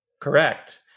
Correct